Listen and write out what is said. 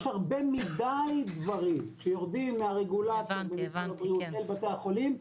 יש הרבה מידי דברים שיורדים מהרגולטור ומשרד הבריאות אל בתי החולים,